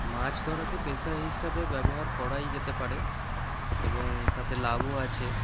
মাছধরাকে পেশা হিসাবে ব্যবহার করাই যেতে পারে এবং তাতে লাভও আছে